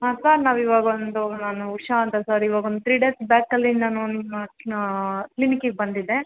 ಹಾಂ ಸಾರ್ ನಾವು ಇವಾಗ ಒಂದು ನಾನು ಉಷಾ ಅಂತ ಸರ್ ಇವಾಗ ಒಂದು ತ್ರಿ ಡೇಸ್ ಬ್ಯಾಕಲ್ಲಿ ನಾನು ನಿಮ್ಮ ಕ್ಲಿನಿಕ್ಕಿಗೆ ಬಂದಿದ್ದೆ